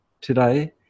today